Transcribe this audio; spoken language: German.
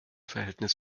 verhältnis